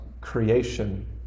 creation